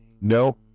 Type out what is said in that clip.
No